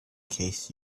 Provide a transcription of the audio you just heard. case